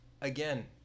Again